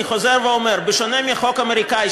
אני חוזר ואומר: בשונה מהחוק האמריקני,